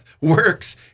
works